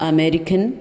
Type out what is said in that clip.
American